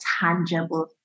tangible